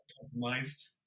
compromised